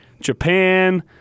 Japan